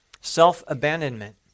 self-abandonment